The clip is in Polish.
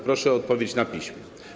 Proszę o odpowiedź na piśmie.